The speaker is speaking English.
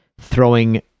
throwing